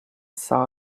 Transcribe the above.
saw